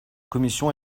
commission